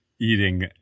eating